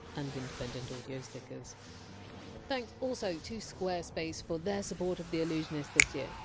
and independent audio stickers thanks also to squarespace for their support of the allusionist this year.